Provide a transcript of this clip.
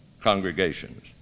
congregations